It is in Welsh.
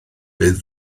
bydd